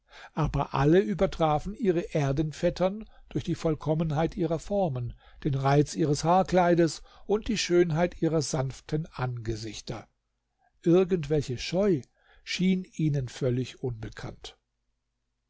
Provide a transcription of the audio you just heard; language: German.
aber alle übertrafen ihre erdenvettern durch die vollkommenheit ihrer formen den reiz ihres haarkleides und die schönheit ihrer sanften angesichter irgendwelche scheu schien ihnen völlig unbekannt